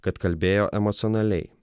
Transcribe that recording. kad kalbėjo emocionaliai